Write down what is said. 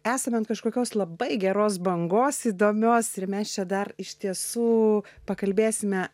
esame ant kažkokios labai geros bangos įdomios ir mes čia dar iš tiesų pakalbėsime